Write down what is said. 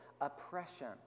oppression